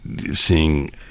seeing